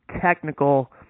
technical